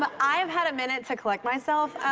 but i have had a minute to collect myself.